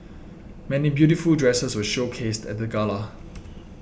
many beautiful dresses were showcased at the gala